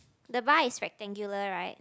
the bar is rectangular right